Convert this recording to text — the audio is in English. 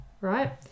Right